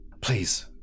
Please